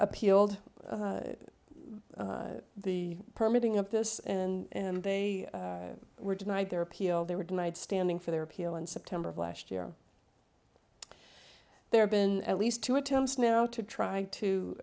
appealed the permitting of this and they were denied their appeal they were denied standing for their appeal in september of last year there have been at least two attempts now to try